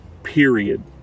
Period